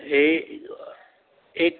এই এই